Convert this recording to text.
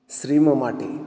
श्री म माटे